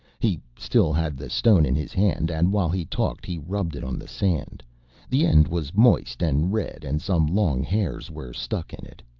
he still had the stone in his hand and while he talked he rubbed it on the sand the end was moist and red and some long hairs were stuck in it.